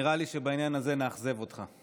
נראה לי שבעניין הזה נאכזב אותך.